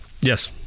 yes